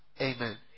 Amen